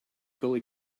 gully